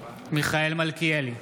מיכאל מלכיאלי,